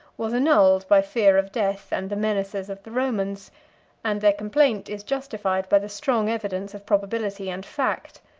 was annulled by fear of death and the menaces of the romans and their complaint is justified by the strong evidence of probability and fact.